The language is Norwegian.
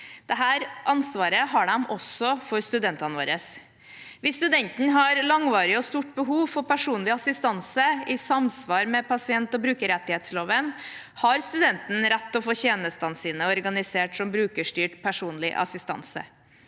Dette ansvaret har de også for studentene våre. Hvis studenten har et langvarig og stort behov for personlig assistanse i samsvar med pasient- og brukerrettighetsloven, har studenten rett til å få tjenestene sine organisert som brukerstyrt personlig assistanse.